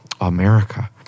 America